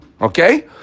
okay